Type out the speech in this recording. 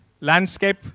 landscape